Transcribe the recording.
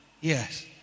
Yes